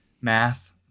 math